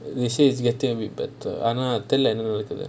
they say it's getting a bit better uh ஆனா தெரில:aanaa terila